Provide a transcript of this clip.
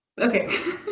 Okay